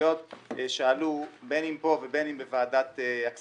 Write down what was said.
משפטיות שעלו בין אם פה ובין אם בוועדת הכספים.